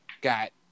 got